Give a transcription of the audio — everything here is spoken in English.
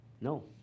No